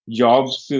jobs